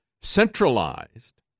centralized